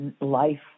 life